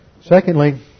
Secondly